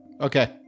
Okay